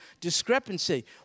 discrepancy